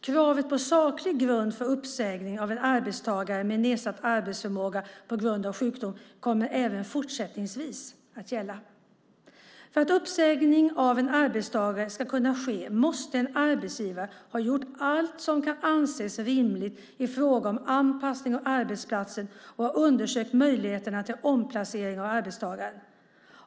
Kravet på saklig grund för uppsägning av en arbetstagare med nedsatt arbetsförmåga på grund av sjukdom kommer även fortsättningsvis att gälla. För att uppsägning av en arbetstagare ska kunna ske måste en arbetsgivare ha gjort allt som kan anses rimligt i fråga om anpassning av arbetsplatsen och ha undersökt möjligheterna till omplacering av arbetstagaren.